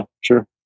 sure